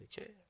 Okay